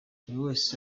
wese